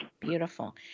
beautiful